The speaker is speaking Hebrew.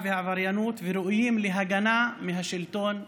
והעבריינות וראויים להגנה מהשלטון המרכזי.